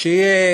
שיהיה